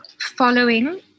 following